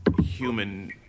human